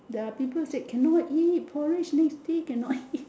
they are people said cannot eat porridge next day cannot eat